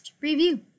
review